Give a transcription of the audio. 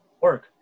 work